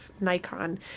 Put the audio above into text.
Nikon